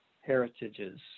heritages